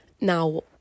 Now